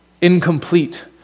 incomplete